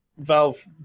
Valve